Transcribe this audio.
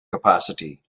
capacity